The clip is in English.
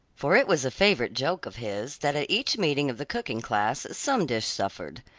for it was a favorite joke of his that at each meeting of the cooking-class some dish suffered.